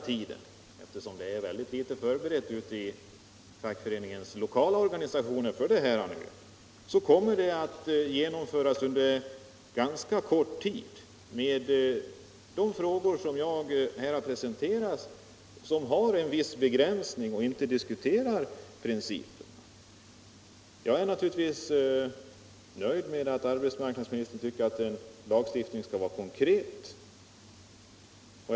Man är i de lokala fackföreningsorganisationerna inte särskilt förberedd för detta arbete. De frågor jag här presenterat är ganska begränsade och berör inte principerna. Jag är naturligtvis nöjd med att arbetsmarknadsministern tycker att lagstiftningen skall vara konkret utformad.